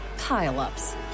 pile-ups